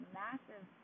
massive